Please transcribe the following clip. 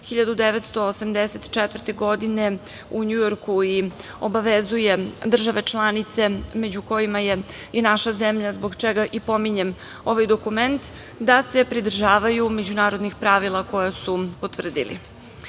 1984. godine u Njujorku i obavezuje države članice, među kojima je i naša zemlja, zbog čega i pominjem ovaj dokument, da se pridržavaju međunarodnih pravila koja su potvrdili.